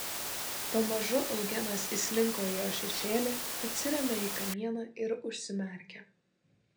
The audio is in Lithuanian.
pamažu eugenas įslinko į jo šešėlį atsirėmė į kamieną ir užsimerkė